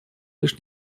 лишь